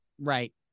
right